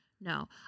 No